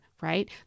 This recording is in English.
right